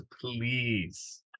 please